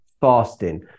fasting